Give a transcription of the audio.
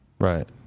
Right